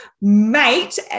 Mate